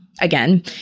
again